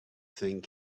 thing